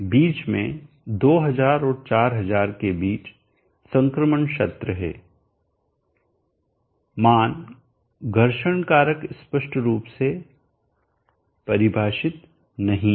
बीच में 2000 और 4000 के बीच संक्रमण क्षेत्र है मान घर्षण कारक स्पष्ट रूप से परिभाषित नहीं है